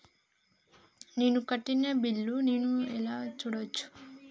నేను కట్టిన బిల్లు ను నేను ఎలా చూడచ్చు?